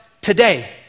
today